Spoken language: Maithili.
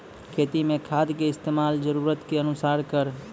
खेती मे खाद के इस्तेमाल जरूरत के अनुसार करऽ